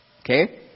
Okay